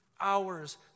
hours